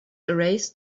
erased